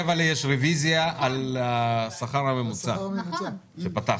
בשעה 15:45 יש רביזיה על השכר הממוצע שפתחנו.